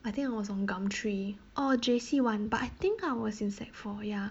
I think I was on gumtree oh J_C one but I think I was in sec four ya